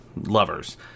lovers